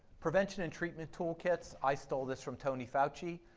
prevention and treatment tool kits, i stole this from tony fauchi,